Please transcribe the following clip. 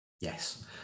Yes